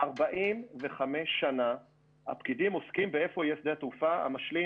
45 שנה הפקידים עוסקים באיפה יהיה שדה התעופה המשלים,